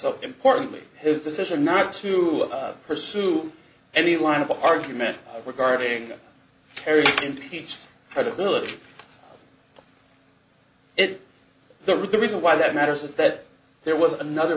importantly his decision not to pursue any line of argument regarding kerry impeached credibility it the reason why that matters is that there was another